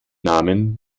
namen